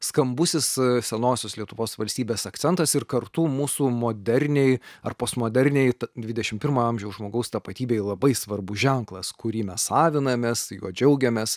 skambusis senosios lietuvos valstybės akcentas ir kartų mūsų moderniai ar postmoderniai dvidešim pirmo amžiaus žmogaus tapatybei labai svarbus ženklas kurį mes savinamės juo džiaugiamės